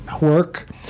work